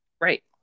Right